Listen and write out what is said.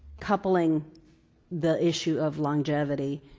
coupling the issue of longevity,